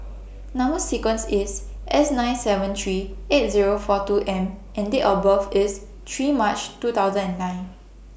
Number sequence IS S nine seven three eight Zero four two M and Date of birth IS three March two thousand and nine